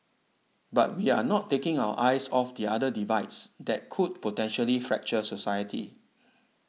but we are not taking our eyes off the other divides that could potentially fracture society